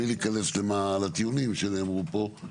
בלי להיכנס לטיעונים שנאמרו פה,